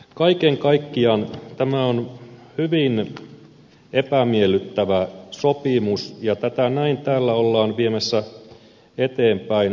kaiken kaikkiaan tämä on hyvin epämiellyttävä sopimus ja tätä ollaan täällä näin viemässä eteenpäin